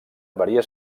varia